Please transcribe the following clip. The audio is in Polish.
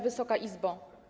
Wysoka Izbo!